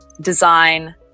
design